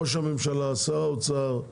ראש הממשלה, שר האוצר,